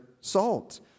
salt